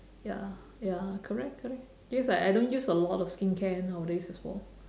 ya ya correct correct cause like I don't use a lot of skincare nowadays as well